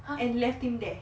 and left him there